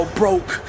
broke